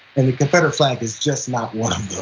and the confederate flag is just not one